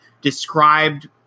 described